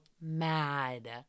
mad